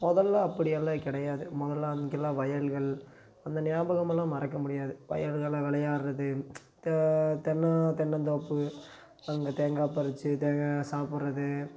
முதல்ல அப்படியெல்லாம் கிடையாது முதல்லாம் இங்கேல்லாம் வயல்கள் அந்த ஞாபகம் எல்லாம் மறக்க முடியாது வயல்களில் விளையாட்றது தெ தென்னம் தென்னந்தோப்பு அங்கே தேங்காய் பறித்து தேங்காவை சாப்பிட்றது